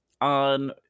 on